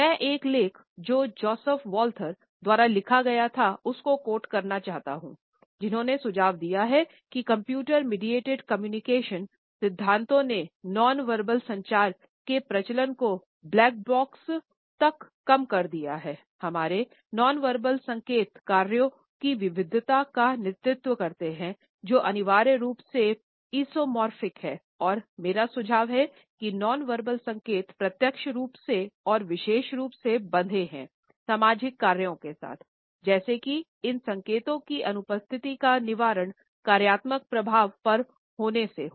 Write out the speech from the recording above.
मैं एक लेख जो जोसफ वाल्थर संकेत प्रत्यक्ष रूप से और विशेष रूप से बंधे हैं सामाजिक कार्यों के साथ जैसे की इन संकेतों की अनुपस्थिति का निवारण कार्यात्मक प्रभाव पर होने से हो